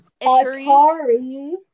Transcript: Atari